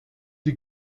die